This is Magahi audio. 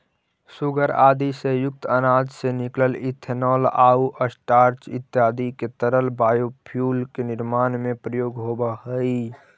सूगर आदि से युक्त अनाज से निकलल इथेनॉल आउ स्टार्च इत्यादि के तरल बायोफ्यूल के निर्माण में प्रयोग होवऽ हई